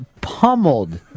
pummeled